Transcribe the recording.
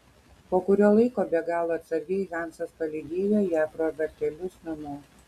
po kurio laiko be galo atsargiai hansas palydėjo ją pro vartelius namo